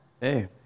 Hey